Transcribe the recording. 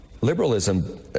Liberalism